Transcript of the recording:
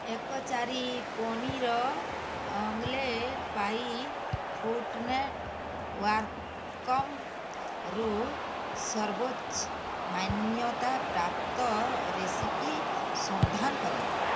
ଏକ ଚାରି ପନିର୍ ଅମଲେଟ୍ ପାଇଁ ଫୁଡ଼୍ ନେଟ୍ୱାର୍କକମ୍ରୁ ସର୍ବୋଚ୍ଚ ମାନ୍ୟତାପ୍ରାପ୍ତ ରେସିପି ସନ୍ଧାନ କରନ୍ତୁ